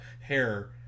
hair